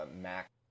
Mac